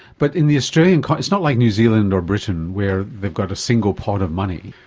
but in the australian, it's not like new zealand or britain where they've got a single pot of money,